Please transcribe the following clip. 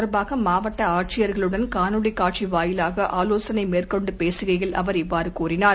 தொடர்பாகமாவட்டஆட்சியர்களுடன் இவ காணொலிகாட்சிவாயிலாகஆவோசனைமேற்கொண்டுபேசுகையில் அவர் இவ்வாறுகூறினார்